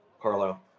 Carlo